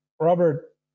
Robert